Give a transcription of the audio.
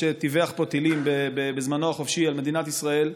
שטיווח פה טילים בזמנו החופשי על מדינת ישראל.